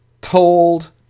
told